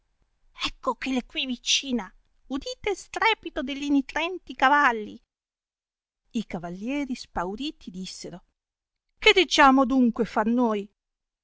ecco che l'è qui vicina udite il strepito delli nitrenti cavalli i cavallieri spauriti dissero che deggiamo adunque far noi